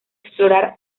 explorar